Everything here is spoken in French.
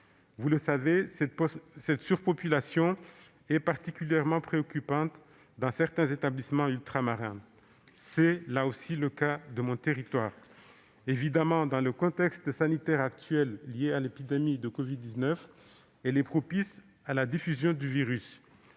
Vous le savez, cette surpopulation est particulièrement préoccupante dans certains établissements ultramarins. C'est le cas au sein de mon territoire. Dans le contexte sanitaire actuel lié à l'épidémie de covid-19, la surpopulation carcérale est propice à la diffusion du virus.